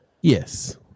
yes